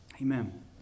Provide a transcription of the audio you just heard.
amen